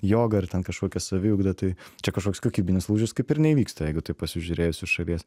jogą ar ten kažkokią saviugdą tai čia kažkoks kokybinis lūžis kaip ir neįvyksta jeigu tai pasižiūrėjus iš šalies